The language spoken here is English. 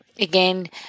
again